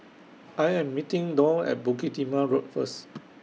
I Am meeting Doll At Bukit Timah Road First